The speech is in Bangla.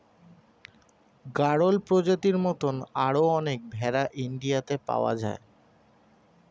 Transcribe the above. গাড়ল প্রজাতির মত আরো অনেক ভেড়া ইন্ডিয়াতে পাওয়া যায়